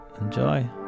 Enjoy